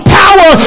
power